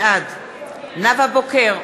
בעד נאוה בוקר,